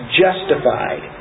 justified